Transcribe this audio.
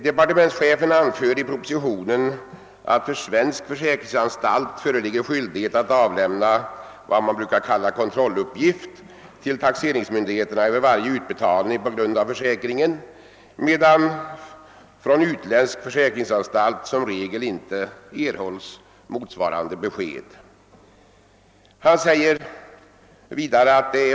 Departementschefen anför i propositionen att det för svensk försäkringsanstalt föreligger skyldighet att till taxeringsmyndigheterna avlämna s.k. kontrolluppgift över varje utbetalning på grund av försäkringen, medan från utländsk försäkringsanstalt motsvarande besked som regel inte erhålles.